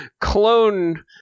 clone